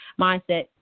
mindset